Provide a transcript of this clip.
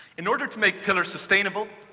in order to make pillars sustainable,